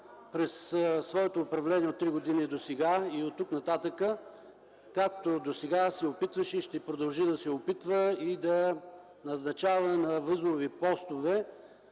през своето тригодишно управление досега и оттук нататък, както досега се опитваше и ще продължи да се опитва да назначава на възлови постове